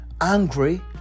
Angry